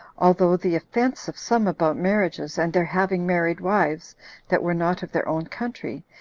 although the offense of some about marriages, and their having married wives that were not of their own country,